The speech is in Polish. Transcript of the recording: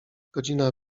godzina